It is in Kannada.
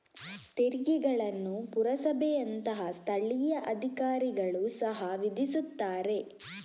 ತೆರಿಗೆಗಳನ್ನು ಪುರಸಭೆಯಂತಹ ಸ್ಥಳೀಯ ಅಧಿಕಾರಿಗಳು ಸಹ ವಿಧಿಸುತ್ತಾರೆ